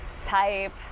type